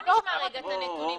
בואו נשמע רגע את הנתונים.